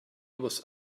was